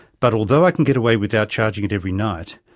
but although i can get away without charging it every night,